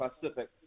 Pacific